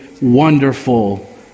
wonderful